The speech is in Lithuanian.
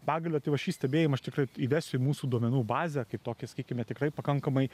pagalio tai va šį stebėjimą aš tikrai įvesiu į mūsų duomenų bazę kaip tokį sakykime tikrai pakankamai